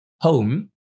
home